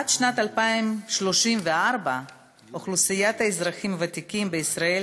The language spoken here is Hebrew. עד שנת 2034 אוכלוסיית האזרחים הוותיקים בישראל